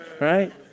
right